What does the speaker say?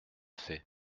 fait